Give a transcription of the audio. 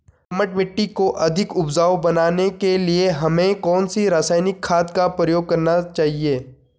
दोमट मिट्टी को अधिक उपजाऊ बनाने के लिए हमें कौन सी रासायनिक खाद का प्रयोग करना चाहिए?